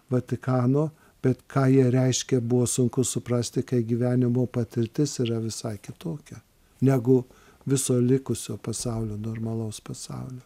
vatikano bet ką jie reiškė buvo sunku suprasti kai gyvenimo patirtis yra visai kitokia negu viso likusio pasaulio normalaus pasaulio